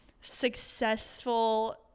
successful